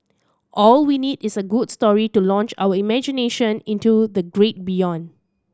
all we need is a good story to launch our imagination into the great beyond